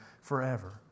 forever